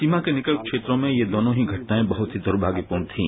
सीमा के निकट क्षेत्रों में ये दोनों ही घटनाएं बहुत ही दुर्भाग्यपूर्ण थीं